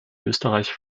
österreich